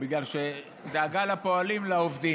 בגלל הדאגה לפועלים ולעובדים.